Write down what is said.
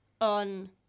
on